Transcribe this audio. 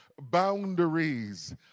Boundaries